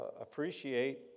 appreciate